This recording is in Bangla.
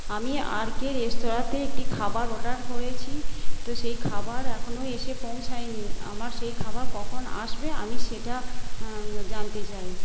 আমি আর কে রেস্তোরাঁতে একটি খাবার অর্ডার করেছি তো সেই খাবার এখনও এসে পৌঁছোয়নি আমার সেই খাবার কখন আসবে আমি সেটা জানতে চাই